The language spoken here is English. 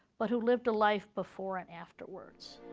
but who lived a life before and afterwards.